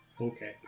Okay